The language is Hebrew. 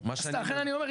לכן אני אומר,